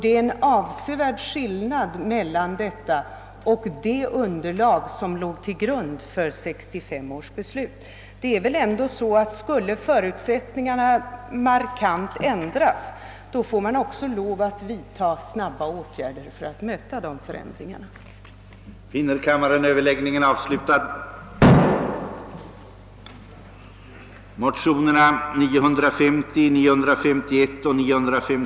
Det är en avsevärd skillnad mellan denna situation och den som låg till grund för 1965 års beslut. Om förutsättningarna påtagligt ändras, får man väl också lov att vidta snabba åtgärder för att möta dessa förändringar. Undertecknad anhåller härmed om ledighet från riksdagsarbetet under tiden fr.o.m. 9 t.o.m. 23 februari 1968 för att deltaga i kompetensutredningens studieresa till USA. Undertecknad anhåller härmed om ledighet från riksdagsarbetet under tiden fr.o.m. 9 februari t.o.m. 23 februari 1968 för att delta i kompetensutredningens studieresa till USA. Vidare föreslås i propositionen en ytterligare differentiering av tobaksskatten på cigarretter, varigenom skatten på cigarretter av större format höjs.